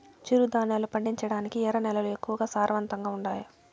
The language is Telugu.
చిరుధాన్యాలు పండించటానికి ఎర్ర నేలలు ఎక్కువగా సారవంతంగా ఉండాయా